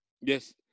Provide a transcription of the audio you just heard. yes